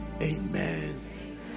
Amen